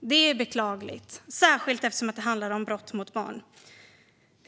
Detta är beklagligt, särskilt eftersom det handlar om brott mot barn.